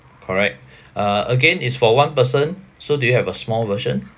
correct uh again is for one person so do you have a small version